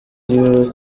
used